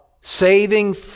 saving